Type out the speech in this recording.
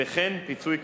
וכן פיצוי כספי.